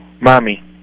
mommy